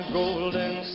golden